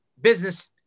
business